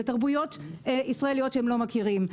לתרבויות ישראליות שהם לא מכירים,